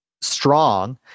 strong